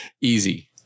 Easy